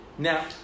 Now